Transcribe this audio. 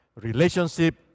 relationship